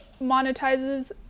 monetizes